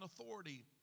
authority